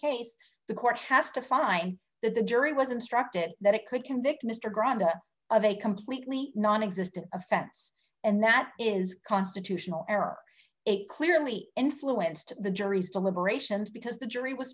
case the court has to find that the jury was instructed that it could convict mr granda of a completely nonexistent offense and that is constitutional error it clearly influenced the jury's deliberations because the jury was